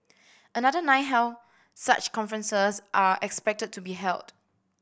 another nine such conferences are expected to be held